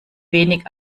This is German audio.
wenig